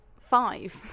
five